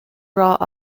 rath